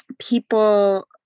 people